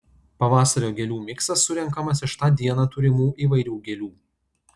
pavasario gėlių miksas surenkamas iš tą dieną turimų įvairių gėlių